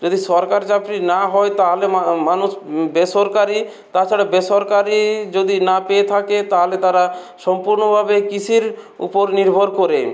যদি সরকার চাকরি না হয় তাহলে মা মানুষ বেসরকারি তাছাড়া বেসরকারি যদি না পেয়ে থাকে তাহলে তারা সম্পূর্ণভাবে কৃষির উপর নির্ভর করে